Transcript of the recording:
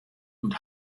und